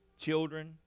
children